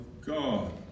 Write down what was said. God